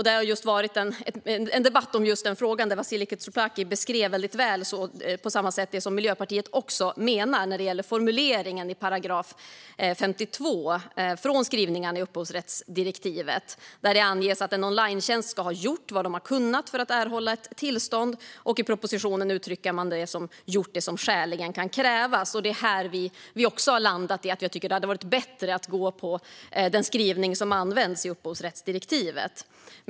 Det har precis hållits en debatt om just den frågan, där Vasiliki Tsouplaki väldigt väl beskrev det som Miljöpartiet också menar när det gäller formuleringen i 52 §, som kommer från upphovsrättsdirektivet, där det anges att en onlinetjänst ska ha "gjort vad de har kunnat" för att erhålla ett tillstånd. I propositionen uttrycker man det som "gjort det som skäligen kan krävas". Här har vi också landat i att det hade varit bättre att följa den skrivning som används i upphovsrättsdirektivet.